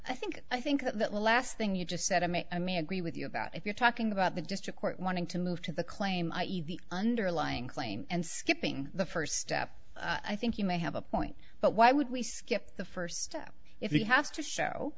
i think i think the last thing you just said to me i mean i agree with you about if you're talking about the district court wanting to move to the claim i e the underlying claim and skipping the first step i think you may have a point but why would we skip the first step if he has to show